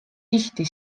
tihti